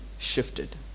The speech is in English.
shifted